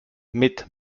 mit